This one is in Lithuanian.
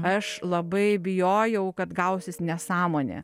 aš labai bijojau kad gausis nesąmonė